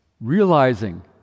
realizing